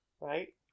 Right